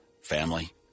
family